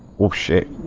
will ship